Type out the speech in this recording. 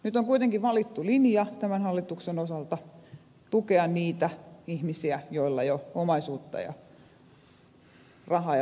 nyt on kuitenkin valittu linja tämän hallituksen osalta tukea niitä ihmisiä joilla jo omaisuutta ja rahaa ja palkkaa on